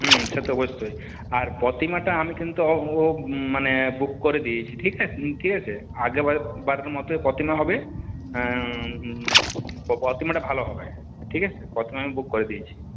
সে তো অবশ্যই আর প্রতিমাটা আমি কিন্তু ও মানে বুক করে দিয়েছি ঠিক আছে ঠিক আছে আগেরবার বারের মতোই প্রতিমা হবে তো প্রতিমাটা ভালো হবে ঠিক আছে প্রতিমা আমি বুক করে দিয়েছি